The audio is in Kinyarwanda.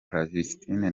palestine